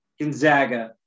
Gonzaga